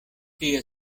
tia